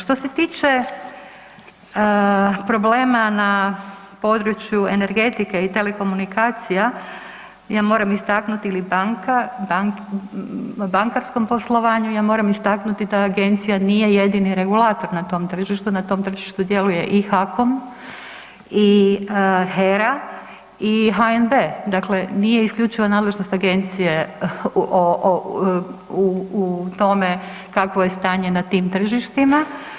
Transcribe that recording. Što se tiče problema na području energetike i telekomunikacija, ja moram istaknuti, ili banka, bankarskom poslovanju, ja moram istaknuti da Agencija nije jedini regulator na tom tržištu, na tom tržištu djeluje i HAKOM i HERA i HNB, dakle nije isključivo nadležnost Agencije u tome kakvo je stanje na tim tržištima.